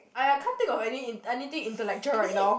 !aiya! can't think of any in~ anything intellectual right now